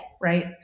right